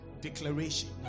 declaration